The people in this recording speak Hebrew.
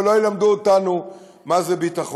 ולא ילמדו אותנו מה זה ביטחון,